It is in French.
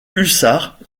hussards